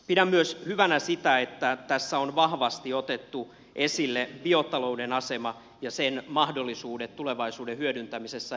pidän hyvänä myös sitä että tässä on vahvasti otettu esille biotalouden asema ja sen mahdollisuudet tulevaisuudessa metsien hyödyntämisessä